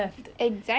ya